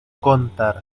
contar